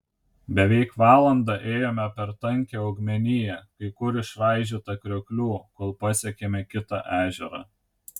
beveik valandą ėjome per tankią augmeniją kai kur išraižytą krioklių kol pasiekėme kitą ežerą